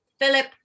Philip